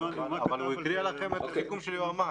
אבל הוא הקריא לכם את הסיכום של היועמ"ש.